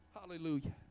Hallelujah